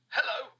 Hello